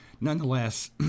Nonetheless